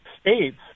states